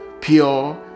pure